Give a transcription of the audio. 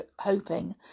hoping